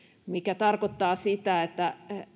mikä tarkoittaa sitä että